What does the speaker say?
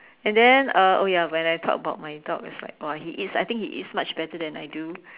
and then uh oh ya when I talk about my dog it's like !wow! he eats I think he eats much better than I do